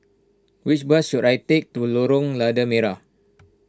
which bus should I take to Lorong Lada Merah